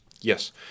yes